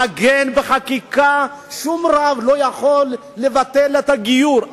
לעגן בחקיקה: שום רב לא יכול לבטל את הגיור.